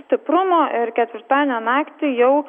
stiprumo ir ketvirtadienio naktį jau